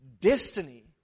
Destiny